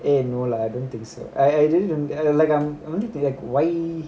eh no lah I don't think so I I why